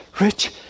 rich